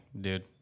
dude